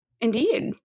Indeed